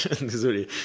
Désolé